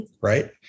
Right